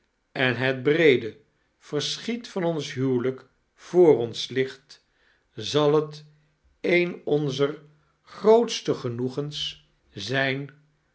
en het breede verschiet van ons huwelijk voor ons ligt zal t een onwer grootste genoegens zijn